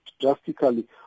drastically